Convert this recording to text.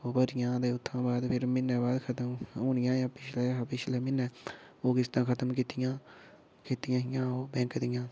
ओह् भरियां हियां ते उ'त्थां बाद फिर म्हीने बाद खत्म होनियां अजें पिछले हा पिछले म्हीने ओह् किस्तां खत्म कीतियां कीतियां हियां बैंक दियां